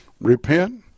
Repent